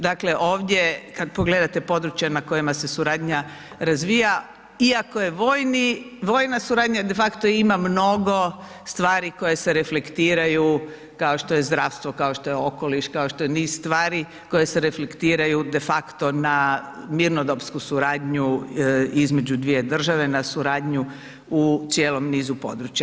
Dakle, ovdje, kad pogledate područja na kojima se suradnja razvija, iako je vojna suradnja, de facto ima mnogo stvari koje se reflektiraju kao što je zdravstvo, kao što je okoliš, kao što je niz stvari koje se reflektiraju de facto na mirnodopsku suradnju između dvije države, na suradnju na cijelom nizu područja.